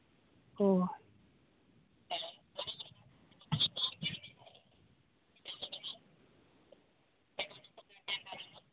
ᱚᱸᱻ